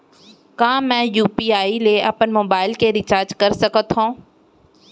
का मैं यू.पी.आई ले अपन मोबाइल के रिचार्ज कर सकथव?